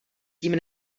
tím